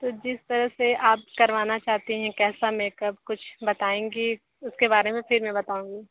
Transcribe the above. तो जिस तरह से आप करवाना चाहते हैं कैसा मेकअप कुछ बताएँगी उसके बारे में फिर मैं बताऊँगी